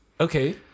Okay